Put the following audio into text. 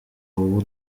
wowe